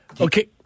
Okay